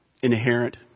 inherent